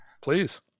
please